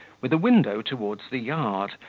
with a window towards the yard,